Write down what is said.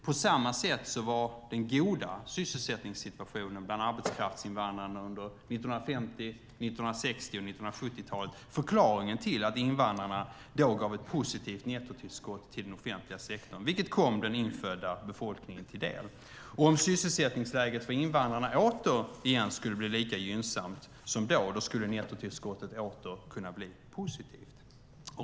På samma sätt var den goda sysselsättningssituationen bland arbetskraftsinvandrarna under 1950-, 1960 och 1970-talet förklaringen till att invandrarna då gav ett positivt nettotillskott till den offentliga sektorn, vilket kom den infödda befolkningen till del. Om sysselsättningsläget för invandrarna återigen skulle bli lika gynnsamt som då skulle nettotillskottet åter kunna bli positivt.